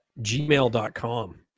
gmail.com